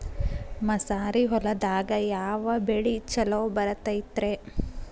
ಮಸಾರಿ ಹೊಲದಾಗ ಯಾವ ಬೆಳಿ ಛಲೋ ಬರತೈತ್ರೇ?